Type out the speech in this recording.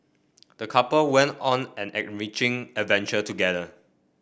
the couple went on an enriching adventure together